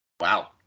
wow